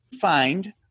find